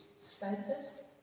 Status